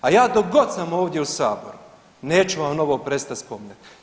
A ja dok god sam ovdje u saboru neću vam ovo prestat spominjat.